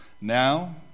Now